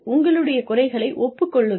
உங்களுடைய குறைகளை ஒப்புக் கொள்ளுங்கள்